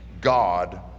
God